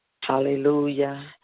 Hallelujah